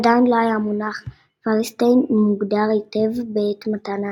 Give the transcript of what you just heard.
עדיין לא היה המונח "פלסטיין" מוגדר היטב בעת מתן ההצהרה.